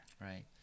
Right